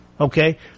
Okay